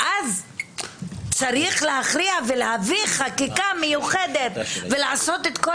ואז צריך להכריע ולהביא חקיקה מיוחדת ולעשות את כל